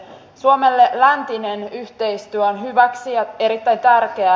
suomelle läntinen yhteistyö on hyväksi ja erittäin tärkeää